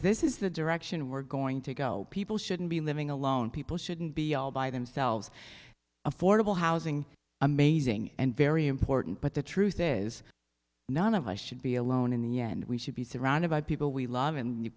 this is the direction we're going to go people shouldn't be living alone people shouldn't be all by themselves affordable housing amazing and very important but the truth is none of us should be alone in the end we should be surrounded by people we lov